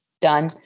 Done